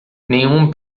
nenhum